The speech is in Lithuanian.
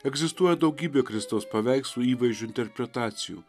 egzistuoja daugybė kristaus paveikslų įvaizdžio interpretacijų